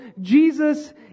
Jesus